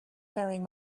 faring